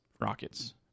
rockets